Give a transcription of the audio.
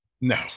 No